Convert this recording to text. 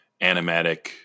animatic